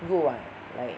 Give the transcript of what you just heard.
good [what] like